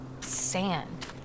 sand